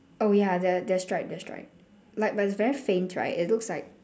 oh ya the the stripe the stripe like but it's very faint right it looks like